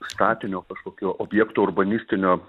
statinio kažkokio objekto urbanistinio